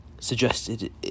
suggested